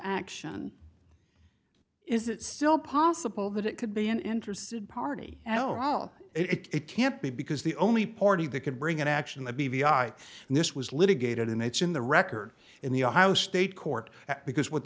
action is it still possible that it could be an interested party oh no it can't be because the only party that can bring an action the b v i and this was litigated and it's in the record in the ohio state court because what